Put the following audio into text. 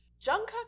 Jungkook